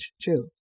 chill